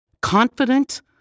confident